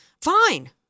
fine